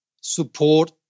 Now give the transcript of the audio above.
support